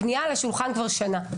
הפנייה על השולחן כבר שנה.